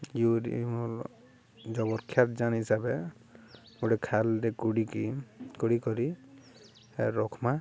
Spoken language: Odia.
ୟୁରି ଜବକ୍ଷାରଯାନ ହିସାବେ ଗୋଟେ ଖାଲ୍ରେ ଗୋଳିକି ଗୋଳି କରି ରଖ୍ମା